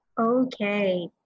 Okay